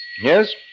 Yes